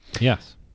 Yes